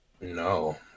No